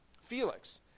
Felix